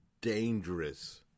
dangerous